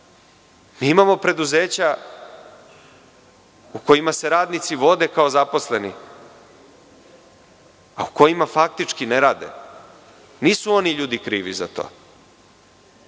Imamo preduzeća u kojima se radnici vode kao zaposleni, a u kojima faktički ne rade. Nisu oni ljudi krivi za to.